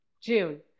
June